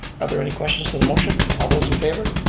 are there any questions to the motion? all those in favor?